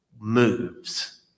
moves